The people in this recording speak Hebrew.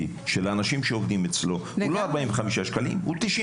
של האנשים שעובדים אצלו הוא לא 45 שקלים אלא הוא 95